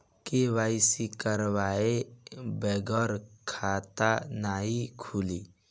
KYC करवाये बगैर खाता नाही खुली?